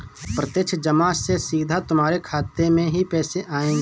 प्रत्यक्ष जमा से सीधा तुम्हारे खाते में ही पैसे आएंगे